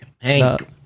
Hank